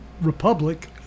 Republic